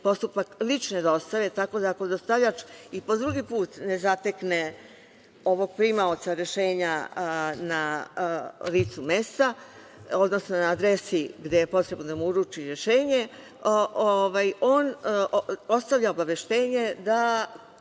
postupak lične dostave. Ako dostavljač i po drugi put ne zatekne primaoca rešenja na licu mesta, odnosno na adresi gde je potrebno da mu uruči rešenje, on ostavlja obaveštenje da